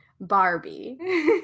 Barbie